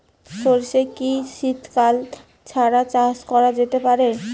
সর্ষে কি শীত কাল ছাড়া চাষ করা যেতে পারে?